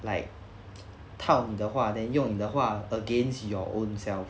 like 套你的话 then 用你的话 against your own self